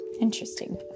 Interesting